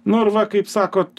nu ir va kaip sakot